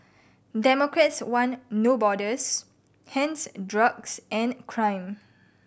democrats want No Borders hence drugs and crime